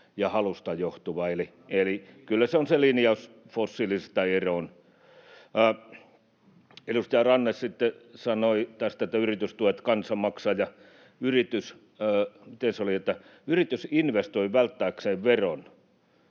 välihuuto] eli kyllä se on se linjaus: fossiilisista eroon. Edustaja Ranne sitten sanoi tästä, että yritystuet kansa maksaa ja yritys — miten se oli — investoi välttääkseen veron